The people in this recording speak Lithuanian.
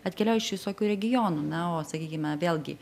atkeliauja iš visokių regionų na o sakykime vėlgi